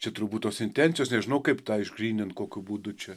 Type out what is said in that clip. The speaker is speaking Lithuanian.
čia turbūt tos intencijos nežinau kaip tą išgrynint kokiu būdu čia